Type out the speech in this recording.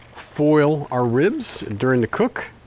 foil our ribs during the cook.